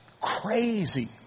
crazy